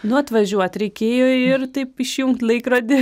nu atvažiuot reikėjo ir taip išjungt laikrodį